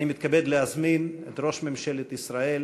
אני מתכבד להזמין את ראש ממשלת ישראל